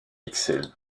ixelles